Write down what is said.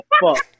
fuck